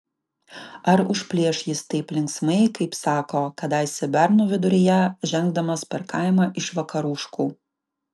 ar užplėš jis taip linksmai kaip sako kadaise bernų viduryje žengdamas per kaimą iš vakaruškų